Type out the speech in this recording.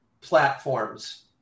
platforms